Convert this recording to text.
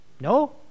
No